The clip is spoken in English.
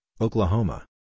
Oklahoma